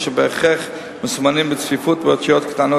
אשר בהכרח מסומנים בצפיפות ובאותיות קטנות,